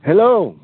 hello